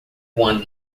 quando